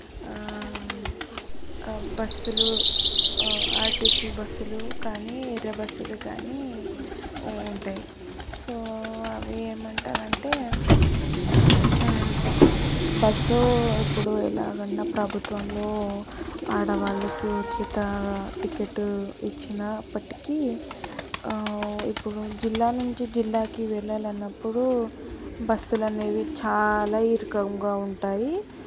బస్సులు ఆర్టీసీ బస్సులు కానీ ఎర్ర బస్సులు కానీ ఉంటాయి సో అవి ఏమంటారు అంటే బస్సు ఇప్పుడు ఎలాగన్న ప్రభుత్వంలో ఆడవాళ్ళకి ఉచిత టికెటు ఇచ్చినప్పటికీ ఇప్పుడు జిల్లా నుంచి జిల్లాకి వెళ్ళాలి అన్నప్పుడు బస్సులనేవి చాలా ఇరుకంగా ఉంటాయి